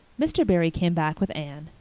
mr. barry came back with anne,